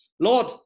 Lord